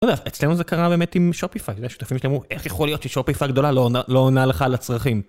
אצלנו זה קרה באמת עם שופיפיי, יש אנשים שאמרו איך יכול להיות ששופיפיי הגדולה לא עונה לך לצרכים